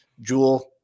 Jewel